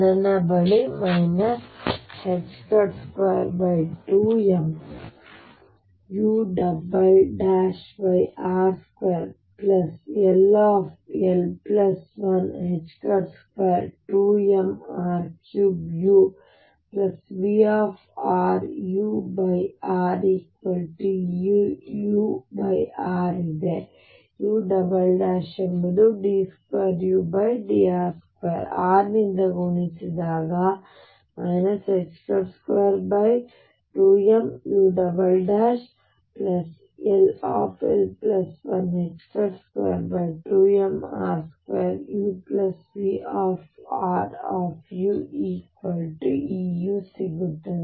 ನನ್ನ ಬಳಿ 22m urll122mr3uVrurEur ಇದೆ u ಎಂಬುದು d2udr2 r ನಿಂದ ಗುಣಿಸಿದಾಗ 22m ull122mr2uVruEu ಸಿಗುತ್ತದೆ